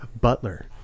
Butler